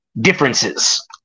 differences